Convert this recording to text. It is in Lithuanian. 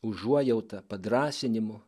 užuojauta padrąsinimu